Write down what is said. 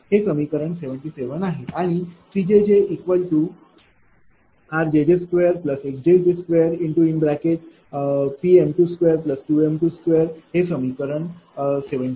हे समीकरण 77 आहे आणि cjjr2jjx2P2m2Q2 हे समीकरण आहे 78